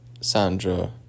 Sandra